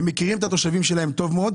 הם מכירים את התושבים שלהם טוב מאוד.